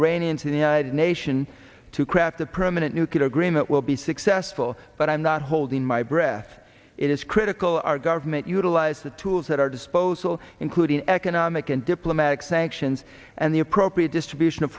iranians and the united nation to craft a permanent nuclear agreement will be successful but i'm not holding my breath it is critical our government utilize the tools at our disposal including economic and diplomatic sanctions and the appropriate distribution of